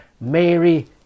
Mary